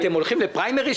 אתם הולכים לפריימריז,